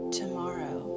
tomorrow